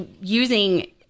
using